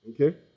Okay